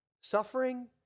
Suffering